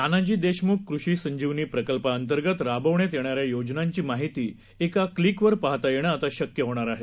नानाजीदेशमुखकृषीसंजीवनीप्रकल्पाअंतर्गतराबवण्यातयेणाऱ्यायोजनांची माहितीएकाक्लिकवरपाहतायेणंआताशक्यहोणारआहे